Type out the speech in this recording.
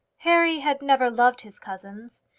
harry had never loved his cousins.